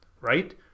right